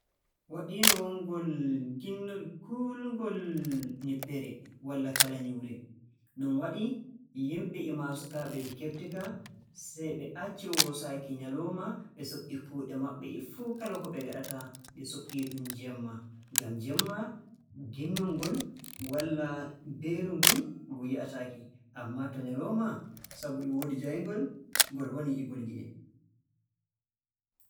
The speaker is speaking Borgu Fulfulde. Waɗiino wonngol ginnol kulngol yiɓɓere walla kala nyuure, non waɗi yimɓe e maa sukaaɓe nde keɓti-ka. Sey ɓe acci woosaaki nyaliima, ɓe so"i kuuɗe maɓɓe e fuu kala ko ɓe ngaɗta, ɓe so"i-ɗum jemma. Ngam jemma ginnol ngol walla mbeelu ngun ngu yi'ataake. Ammaa to nyaliima sabyu e woodi jaayngol ngol wonii e ngol yi'ee.